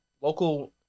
local